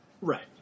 Right